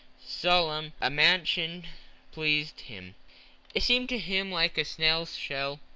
solemn a mansion pleased him it seemed to him like a snail's shell,